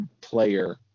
player